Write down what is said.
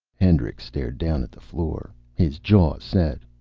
hendricks stared down at the floor, his jaw set.